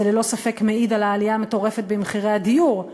זה ללא ספק מעיד על העלייה המטורפת במחירי הדיור,